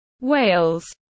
Wales